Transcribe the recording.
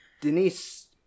Denise